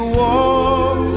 walk